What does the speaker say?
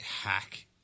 hack